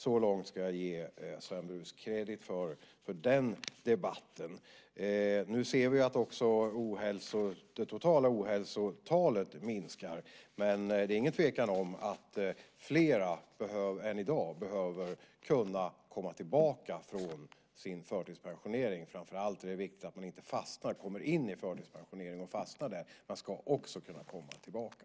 Så långt ska jag ge Sven Brus credit för den debatten. Nu ser vi att också det totala ohälsotalet minskar, men det är ingen tvekan om att fler än i dag behöver kunna komma tillbaka från sin förtidspensionering. Framför allt är det viktigt att man inte kommer in i förtidspensionering och fastnar där. Man ska också kunna komma tillbaka.